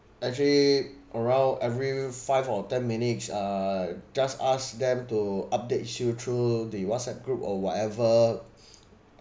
actually around every five or ten minutes err just ask them to updates you through the whatsapp group or whatever